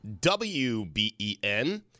WBEN